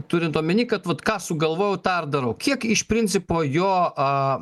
turint omeny kad vat ką sugalvojau tą ir darau kiek iš principo jo